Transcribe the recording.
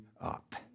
up